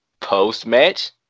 post-match